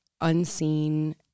unseen